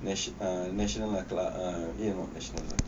nation~ national like lah ah eh not national